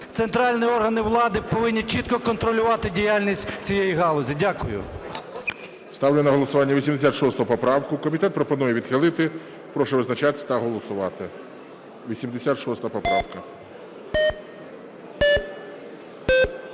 центральні органи влади повинні чітко контролювати діяльність цієї галузі. Дякую. ГОЛОВУЮЧИЙ. Ставлю на голосування 86 поправку. Комітет пропонує відхилити. Прошу визначатись та голосувати. 86 поправка.